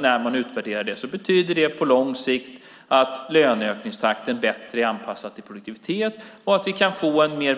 När man utvärderar det betyder det på lång sikt att löneökningstakten bättre är anpassad till produktivitet och att vi kan få en mer